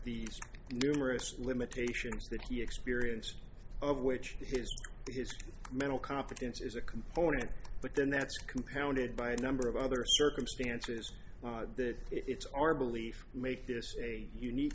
the numerous limitations that he experienced of which his mental competence is a component but then that's compounded by a number of other circumstances that it's our belief make this a unique